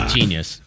Genius